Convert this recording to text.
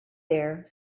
there